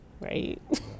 right